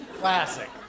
Classic